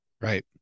Right